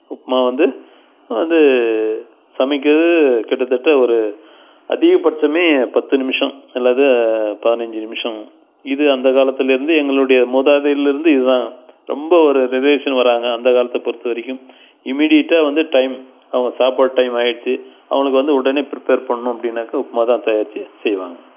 உப்புமா வந்து வந்து சமைக்கவே கிட்டத்தட்ட ஒரு அதிகபட்சமே பத்து நிமிஷம் அல்லது பதினஞ்சு நிமிஷம் இது அந்த காலத்துலேருந்தே எங்களோடைய மூதாதையர்லேருந்து இது தான் ரொம்ப ஒரு ரிலேஷன் வராங்க அந்தக் காலத்தை பொறுத்த வரைக்கும் இமீடியட்டாக வந்து டைம் அவங்க சாப்பாட்டு டைம் ஆகிடுச்சி அவங்களுக்கு வந்து உடனே ப்ரிபேர் பண்ணணும் அப்படின்னா உப்புமா தான் தயாரித்து செய்வாங்க